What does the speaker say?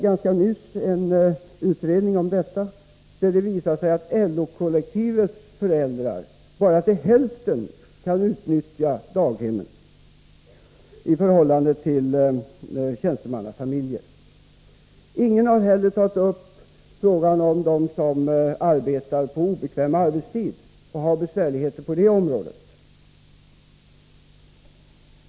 Ganska nyligen har det offentliggjorts en utredning, som visar att föräldrar som tillhör LO-kollektivet kan utnyttja daghemmen bara till hälften i förhållande till tjänstemannafamiljer. Ingen har heller tagit upp frågan om dem som arbetar på obekväm arbetstid och har besvärligheter på det området.